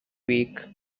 week